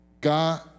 God